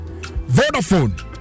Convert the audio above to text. Vodafone